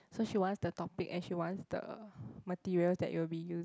so she wants the topic and she wants the materials that you will be using